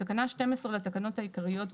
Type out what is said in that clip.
בתקנה 12 לתקנות העיקריות,